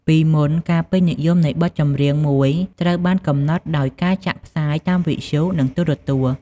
ពីមុន ការពេញនិយមនៃបទចម្រៀងមួយត្រូវបានកំណត់ដោយការចាក់ផ្សាយតាមវិទ្យុ ឬទូរទស្សន៍។